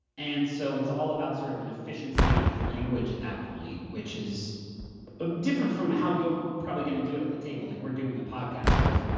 and so it's all about sort of an efficiency of language at that point, which is different from how you're probably gonna do it at the table, like we're doing a podcast with.